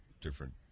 different